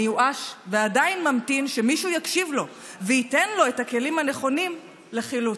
מיואש ועדיין ממתין שמישהו יקשיב לו וייתן לו את הכלים הנכונים לחילוץ.